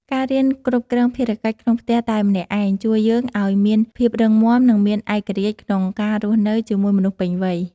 ការរៀនគ្រប់គ្រងភារកិច្ចក្នុងផ្ទះតែម្នាក់ឯងជួយយើងឱ្យមានភាពរឹងមាំ និងមានឯករាជ្យក្នុងការរស់នៅជាមនុស្សពេញវ័យ។